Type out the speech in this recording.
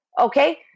okay